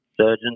surgeon